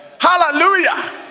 Hallelujah